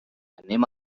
anem